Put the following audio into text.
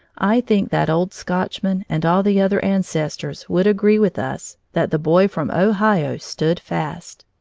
i think that old scotchman and all the other ancestors would agree with us that the boy from ohio stood fast.